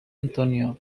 antonio